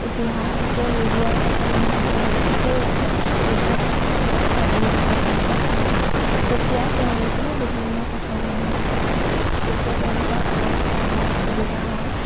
ইতিহাস আছে সেইবোৰৰ কথা জানিব পাৰিলে সেয়েহে পৰ্যটকসকলে খৰালি কালত আহিব পাৰে তেতিয়া তেওঁলোকে বিভিন্ন কথা জানিব পাৰে তেতিয়া তেওঁলোকৰ অহা যোৱা কৰাত সুবিধা হয়